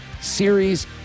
Series